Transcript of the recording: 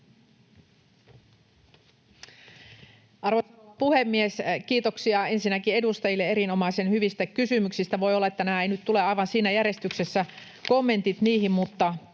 Arvoisa puhemies! Kiitoksia ensinnäkin edustajille erinomaisen hyvistä kysymyksistä. Voi olla, että nämä kommentit niihin eivät nyt tule aivan siinä järjestyksessä, mutta